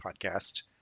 podcast